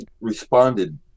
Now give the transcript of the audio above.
responded